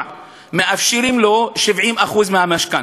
אם הוא עובר לבאר-שבע, מאפשרים לו 70% מהמשכנתה.